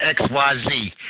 XYZ